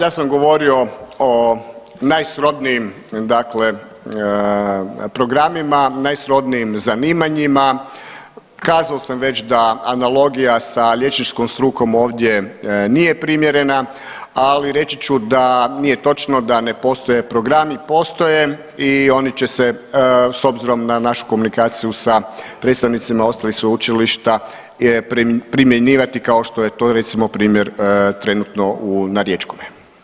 Ja sam govorio o najsrodnijim dakle programima, najsrodnijim zanimanjima, kazao sam već da analogija sa liječničkom strukom ovdje nije primjerena, ali reći ću da nije točno da ne postoje programi, postoje i oni će se s obzirom na našu komunikaciju sa predstavnicima ostalih sveučilišta primjenjivati kao što je to recimo primjer trenutno u, na riječkome.